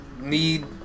need